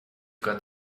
got